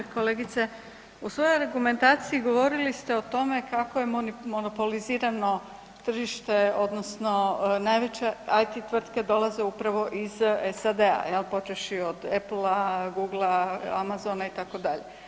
Kolegice, u svojoj argumentaciji govorili ste o tome kako je monopolizirano tržište odnosno najveće IT tvrtke dolaze upravo iz SAD-a, jel, počevši od Applea, Googla, Amazona itd.